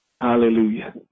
Hallelujah